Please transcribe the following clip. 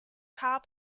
car